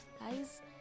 guys